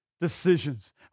decisions